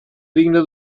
digna